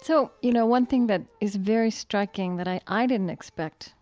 so, you know, one thing that is very striking that i i didn't expect